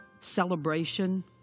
celebration